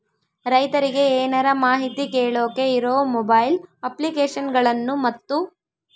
ರೈತರಿಗೆ ಏನರ ಮಾಹಿತಿ ಕೇಳೋಕೆ ಇರೋ ಮೊಬೈಲ್ ಅಪ್ಲಿಕೇಶನ್ ಗಳನ್ನು ಮತ್ತು?